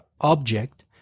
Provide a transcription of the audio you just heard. object